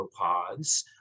arthropods